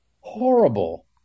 horrible